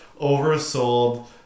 oversold